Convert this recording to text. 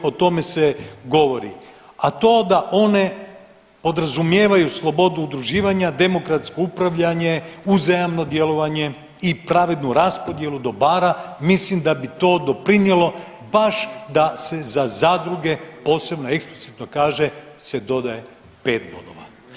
O tome se govori, a to da one podrazumijevaju slobodu udruživanja, demokratsko upravljanje, uzajamno djelovanje i pravednu raspodjelu dobara mislim da bi to doprinijelo baš da se za zadruge posebno eksplicitno kaže se dodaje 5 bodova.